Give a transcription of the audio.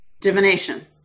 Divination